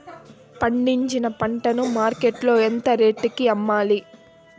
పండించిన పంట ను మార్కెట్ లో ఎంత రేటుకి అమ్మాలి?